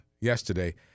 yesterday